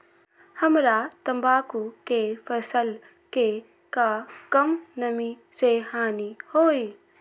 हमरा तंबाकू के फसल के का कम नमी से हानि होई?